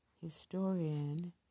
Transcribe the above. historian